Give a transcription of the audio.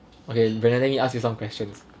okay brandon let me ask you some questions